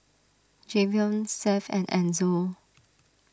Jayvion Seth and Enzo